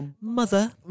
mother